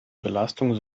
belastung